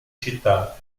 città